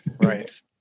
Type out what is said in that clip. right